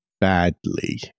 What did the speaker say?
badly